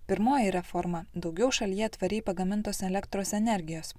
pirmoji reforma daugiau šalyje tvariai pagamintos elektros energijos